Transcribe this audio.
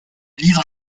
livre